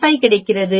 15 கிடைக்கிறது